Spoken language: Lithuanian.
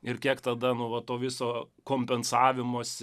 ir kiek tada nu va to viso kompensavimosi